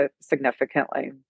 significantly